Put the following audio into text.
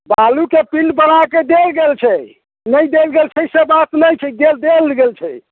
बालूके पिण्ड बनाके देल गेल छै नहि देल गेल छै से बात छैनहि देल गेल छै